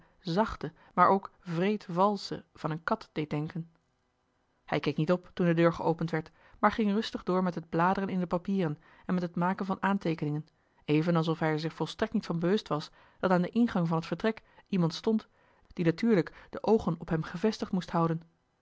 zachte maar ook wreed valsche van een kat deed denken hij keek niet op toen de deur geopend werd maar ging rustig door met het bladeren in de papieren en met het maken van aanteekeningen even alsof hij er zich volstrekt niet van bewust was dat aan den ingang van het vertrek iemand stond die natuurlijk de oogen op hem gevestigd moest houden